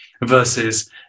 versus